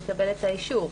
יקבל את האישור.